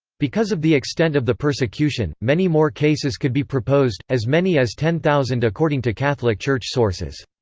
because of the extent of the persecution, many more cases could be proposed as many as ten thousand according to catholic church sources.